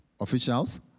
officials